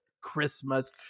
Christmas